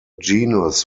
genus